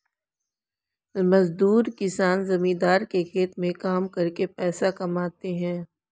मजदूर किसान जमींदार के खेत में काम करके पैसा कमाते है